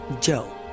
Joe